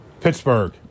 Pittsburgh